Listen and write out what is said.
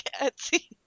Etsy